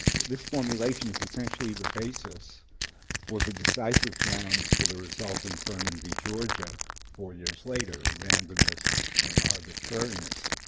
this formulation is essentially the basis for the decisive grounds for the result in furman v. georgia four years later, randomness and arbitrariness.